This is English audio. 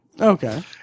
Okay